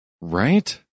Right